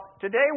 today